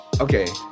Okay